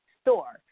store